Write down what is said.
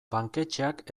banketxeak